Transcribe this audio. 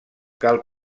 cal